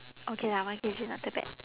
okay lah one K_G not too bad